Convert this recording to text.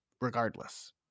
regardless